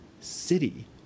City